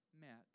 met